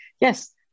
Yes